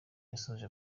yasoje